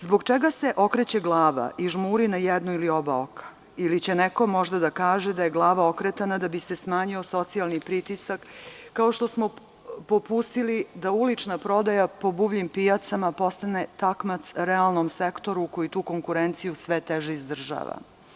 Zbog čega se okreće glava i žmuri na jedno ili oba oka, ili će neko možda da kaže da je glava okretana da bi se smanjio socijalni pritisak, kao što smo popustili da ulična prodaja po buvljim pijacama postane takmac realnom sektoru koji tu konkurenciju sve teže izdržava.